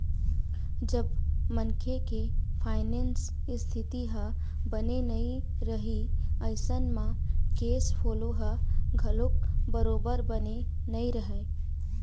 जब मनखे के फायनेंस इस्थिति ह बने नइ रइही अइसन म केस फोलो ह घलोक बरोबर बने नइ रहय